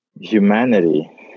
Humanity